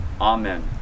Amen